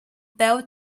bell